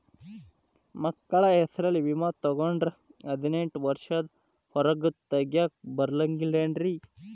ಮಕ್ಕಳ ಹೆಸರಲ್ಲಿ ವಿಮೆ ತೊಗೊಂಡ್ರ ಹದಿನೆಂಟು ವರ್ಷದ ಒರೆಗೂ ತೆಗಿಯಾಕ ಬರಂಗಿಲ್ಲೇನ್ರಿ?